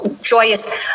joyous